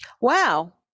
Wow